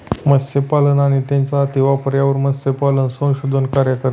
मत्स्यपालन आणि त्यांचा अतिवापर यावर मत्स्यपालन संशोधन कार्य करते